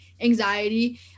anxiety